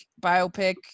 biopic